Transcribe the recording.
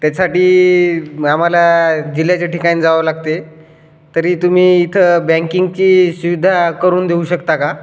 त्यासाठी आम्हाला जिल्ह्याच्या ठिकाणी जावं लागते तरी तुम्ही इथं बँकिंगची सुविधा करून देऊ शकता का